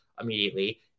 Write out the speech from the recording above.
immediately